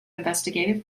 investigative